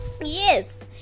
Yes